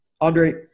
Andre